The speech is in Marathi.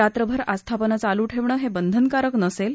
रात्रभर आस्थापनं चालू ठेवणं हे बंधनकारक नसेल